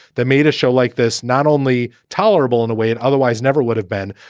that made a show like this not only tolerable in a way it otherwise never would have been,